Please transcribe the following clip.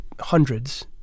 hundreds